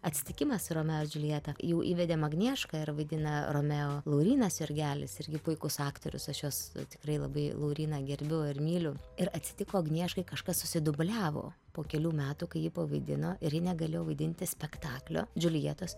atsitikimas su romeo ir džiuljeta jau įvedėm agniešką ir vaidina romeo laurynas jurgelis irgi puikus aktorius aš jos tikrai labai lauryną gerbiu ir myliu ir atsitiko agnieškai kažkas susidubliavo po kelių metų kai ji pavaidino ir ji negalėjo vaidinti spektaklio džiuljetos